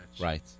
Right